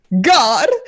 God